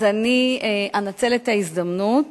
אז אני אנצל את ההזדמנות